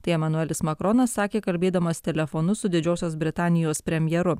tai emanuelis makronas sakė kalbėdamas telefonu su didžiosios britanijos premjeru